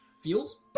feels